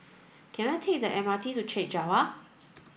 can I take the M R T to Chek Jawa